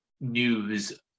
news